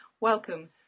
welcome